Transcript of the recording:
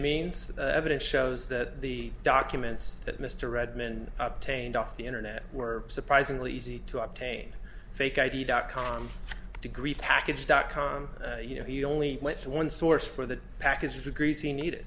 the evidence shows that the documents that mr redmond taint off the internet were surprisingly easy to obtain fake id dot com degree package dot com you know he only went to one source for the package agrees he needed it